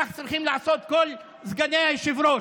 כך צריכים לעשות כל סגני היושב-ראש.